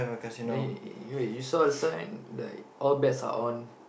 then you you wait you saw the sign like all bets are on